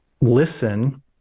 listen